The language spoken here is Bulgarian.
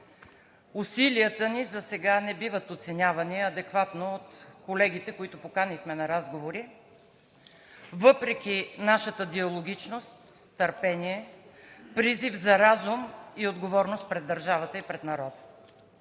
усилията ни засега не биват оценявани адекватно от колегите, които поканихме на разговори, въпреки нашата диалогичност, търпение, призив за разум и отговорност пред държавата и пред народа.